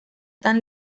tan